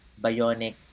Bionic